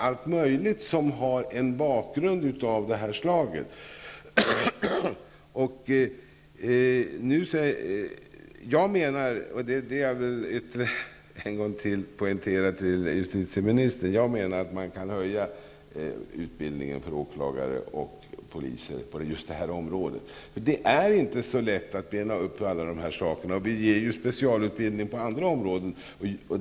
Allt möjligt kan ha en bakgrund av det slaget. Jag menar -- det vill jag ännu en gång poängtera för justitieministern -- att man kan höja utbildningen för åklagare och poliser på just det området. Det är inte så lätt att bena upp alla de här sakerna, och vi ger ju specialutbildning på andra områden.